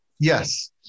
Yes